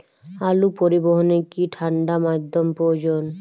আলু পরিবহনে কি ঠাণ্ডা মাধ্যম প্রয়োজন?